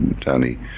Tony